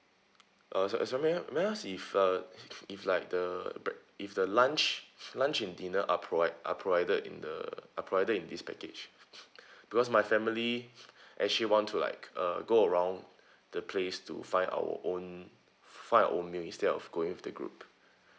uh sorry sorry may I may I ask if uh if if like the if the lunch lunch and dinner are provide are provided in the are provided in this package because my family actually want to like uh go around the place to find our own find our own meal instead of going with the group